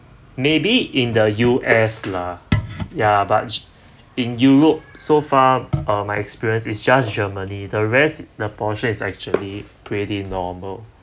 maybe in the U_S lah ya but in europe so far uh my experience is just germany the rest the portion is actually pretty normal